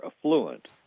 affluent